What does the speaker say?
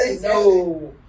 No